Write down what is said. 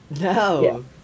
No